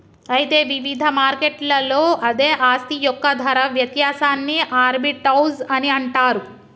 అయితే వివిధ మార్కెట్లలో అదే ఆస్తి యొక్క ధర వ్యత్యాసాన్ని ఆర్బిటౌజ్ అని అంటారు